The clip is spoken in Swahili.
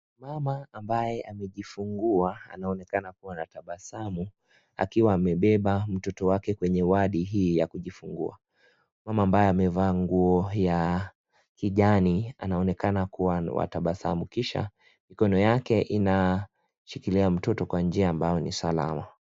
Mama ambaye amejifungua anaonekana kuwa na tambasamu akiwa amebeba mtoto wake kwenye wadi hii ya kujifungua. Mama ambaye amevaa nguo ya kijani anaonekana kuwa anatambasamu kisha kikono yake inashikilia mtoto kwa njia ambayo ni salama